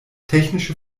technische